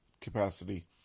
capacity